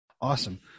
Awesome